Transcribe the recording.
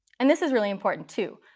and this is really important too.